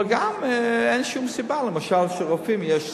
אבל גם אין שום סיבה, אצל רופאים יהיה סטאז'ר,